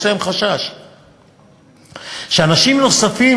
יש להם חשש שאנשים נוספים